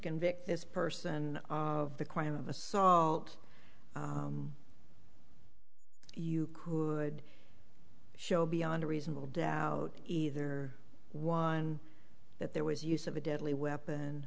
convict this person of the crime of assault uku would show beyond a reasonable doubt either one that there was use of a deadly weapon